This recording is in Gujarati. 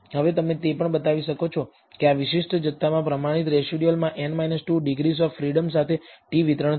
હવે તમે તે પણ બતાવી શકો છો કે આ વિશિષ્ટ જથ્થામાં પ્રમાણિત રેસિડયુઅલમાં n 2 ડિગ્રીઝ ઓફ ફ્રીડમ સાથે t વિતરણ થશે